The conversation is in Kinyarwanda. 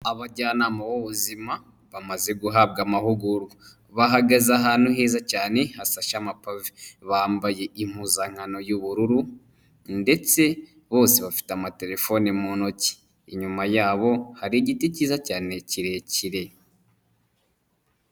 Abajyanama b'ubuzima bamaze guhabwa amahugurwa, bahagaze ahantu heza cyane hashashe amapave, bambaye impuzankano y'ubururu ndetse bose bafite amatelefone mu ntoki, inyuma yabo hari igiti cyiza cyane kirekire.